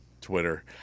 Twitter